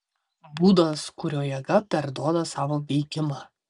būdas kuriuo jėga perduoda savo veikimą